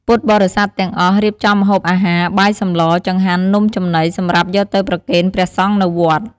ពុទ្ធបរិស័ទទាំងអស់ រៀបចំម្ហូបអាហារ បាយសម្ល ចង្ហាន់ នំចំណី សម្រាប់យកទៅប្រគេនព្រះសង្ឃនៅវត្ត។